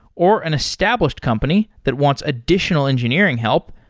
or an established company that wants additional engineering help,